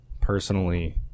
personally